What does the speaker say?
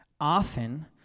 Often